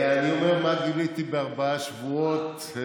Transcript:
אני אומר מה גיליתי בארבעה שבועות.